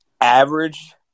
average